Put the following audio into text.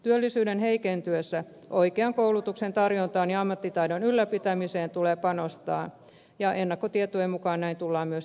työllisyyden heikentyessä oikean koulutuksen tarjontaan ja ammattitaidon ylläpitämiseen tulee panostaa ja ennakkotietojen mukaan näin tullaan myös tekemään